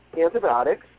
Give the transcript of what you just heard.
antibiotics